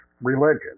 religion